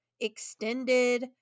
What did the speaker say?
extended